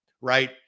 right